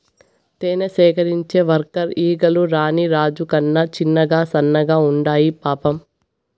తేనె సేకరించే వర్కర్ ఈగలు రాణి రాజు కన్నా చిన్నగా సన్నగా ఉండాయి పాపం